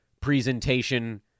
presentation